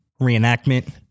reenactment